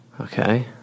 Okay